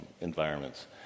environments